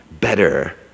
better